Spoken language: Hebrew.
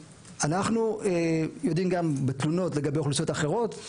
אנחנו יודעים גם על תלונות לגבי אוכלוסיות אחרות,